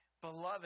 Beloved